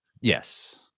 Yes